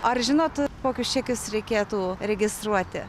ar žinot kokius čekius reikėtų registruoti